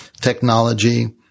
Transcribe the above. technology